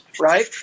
right